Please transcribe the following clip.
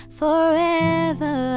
forever